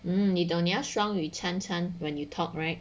嗯你东你要双语潺潺 when you talk right